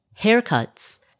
haircuts